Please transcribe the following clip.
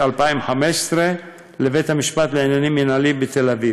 2015 לבית-המשפט לעניינים מינהליים בתל אביב.